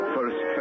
First